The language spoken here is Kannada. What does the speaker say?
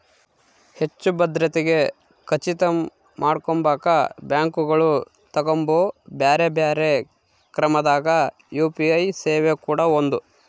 ಹೆಚ್ಚು ಭದ್ರತೆಗೆ ಖಚಿತ ಮಾಡಕೊಂಬಕ ಬ್ಯಾಂಕುಗಳು ತಗಂಬೊ ಬ್ಯೆರೆ ಬ್ಯೆರೆ ಕ್ರಮದಾಗ ಯು.ಪಿ.ಐ ಸೇವೆ ಕೂಡ ಒಂದು